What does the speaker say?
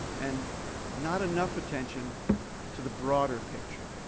and not enough attention to the broader picture,